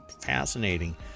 fascinating